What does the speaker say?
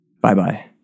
Bye-bye